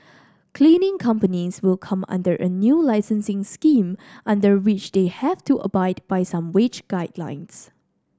cleaning companies will come under a new licensing scheme under which they have to abide by some wage guidelines